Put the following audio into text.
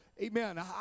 Amen